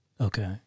Okay